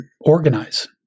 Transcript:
organize